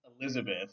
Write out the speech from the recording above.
Elizabeth